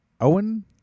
Owen